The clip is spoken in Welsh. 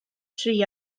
tri